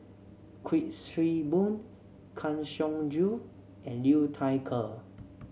Kuik Swee Boon Kang Siong Joo and Liu Thai Ker